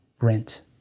rent